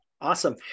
awesome